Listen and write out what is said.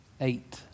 Eight